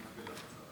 בכנסת".